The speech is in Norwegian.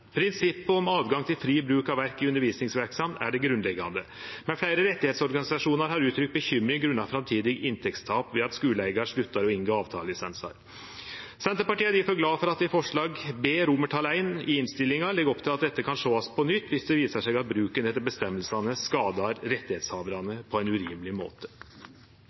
Prinsippet om moglegheit til fri bruk av verk i undervisningsverksemd er det grunnleggjande. Men fleire rettsorganisasjonar har uttrykt bekymring grunna framtidig inntektstap ved at skuleeigar sluttar å inngå avtalelisensar. Senterpartiet er difor glad for at ein i forslaget til vedtak B I i innstillinga legg opp til at ein kan sjå på dette på nytt, dersom det viser seg at bruken etter føresegnene skadar rettshavarane på ein urimeleg måte.